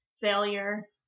failure